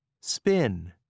Spin